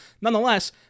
nonetheless